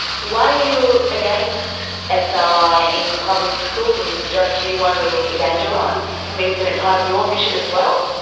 why are you against sri in public schools? i mean, don't you want to evangelise? i mean, isn't it part of your mission as well?